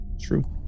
true